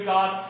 God